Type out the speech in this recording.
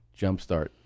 jumpstart